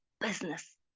business